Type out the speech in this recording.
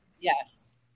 Yes